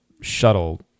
shuttle